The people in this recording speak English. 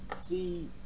see